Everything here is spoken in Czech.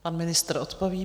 Pan ministr odpoví.